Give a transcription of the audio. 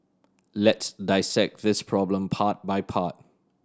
let's dissect this problem part by part